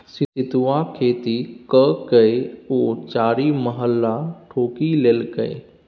सितुआक खेती ककए ओ चारिमहला ठोकि लेलकै